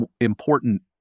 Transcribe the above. important